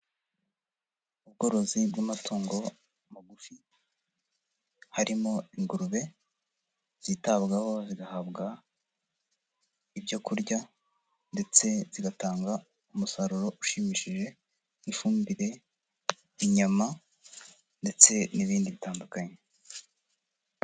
Ubworozi bw'amatungo magufi, harimo ingurube, zitabwaho zigahabwa ibyo kurya, ndetse zigatanga umusaruro ushimishije, n'ifumbire, inyama, ndetse n'ibindi bitandukanye.